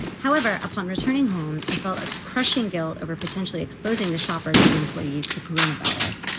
however, upon returning home, i felt a crushing guilt over potentially exposing the shoppers and employees to coronavirus.